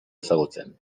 ezagutzen